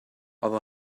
other